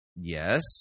yes